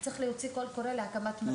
כל אחות צריכה להתכונן נפשית.